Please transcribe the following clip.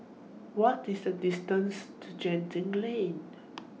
What IS The distance to Genting Lane